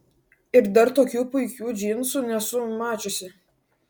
ir dar tokių puikių džinsų nesu mačiusi